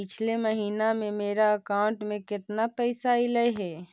पिछले महिना में मेरा अकाउंट में केतना पैसा अइलेय हे?